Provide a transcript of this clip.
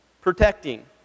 Protecting